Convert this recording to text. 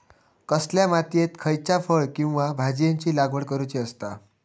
कसल्या मातीयेत खयच्या फळ किंवा भाजीयेंची लागवड करुची असता?